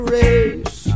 race